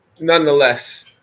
nonetheless